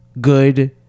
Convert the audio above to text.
good